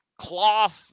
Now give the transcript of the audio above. cloth